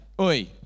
oi